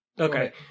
Okay